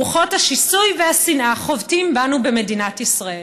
רוחות השיסוי והשנאה חובטות בנו במדינת ישראל: